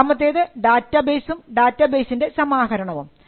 രണ്ടാമത്തേത് ഡാറ്റാബേസും ഡാറ്റാബേസിൻറെ സമാഹരണവും